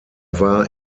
war